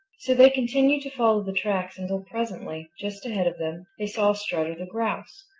so they continued to follow the tracks until presently, just ahead of them, they saw strutter the grouse.